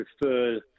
prefer